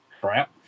crap